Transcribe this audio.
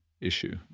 issue